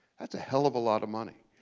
that's a hell of a lot of money.